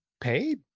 paid